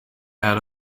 earl